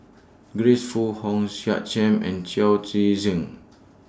Grace Fu Hong Sek Chern and Chao Tzee Cheng